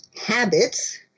habits